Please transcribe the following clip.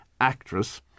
actress